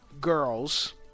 ...girls